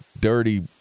dirty